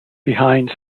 behind